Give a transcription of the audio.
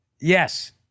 Yes